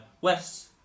West